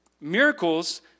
Miracles